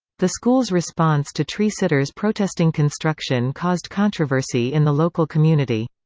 the school's response to tree sitters protesting construction caused controversy in the local community.